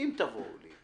הנה אני